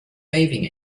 waving